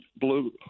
blue